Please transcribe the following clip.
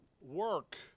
work